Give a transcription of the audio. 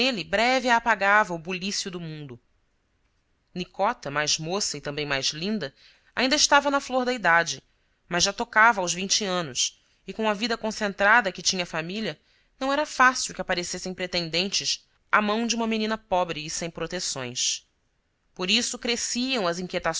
breve a apagava o bulício do mundo nicota mais moça e também mais linda ainda estava na flor da idade mas já tocava aos vinte anos e com a vida concentrada que tinha a família não era fácil que aparecessem pretendentes à mão de uma menina pobre e sem proteções por isso cresciam as